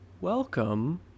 welcome